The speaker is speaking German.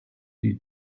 die